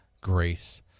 grace